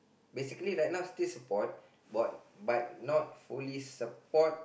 basically right now still support but but not fully support